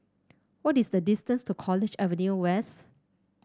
what is the distance to College Avenue West